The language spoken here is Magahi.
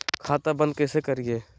खाता बंद कैसे करिए?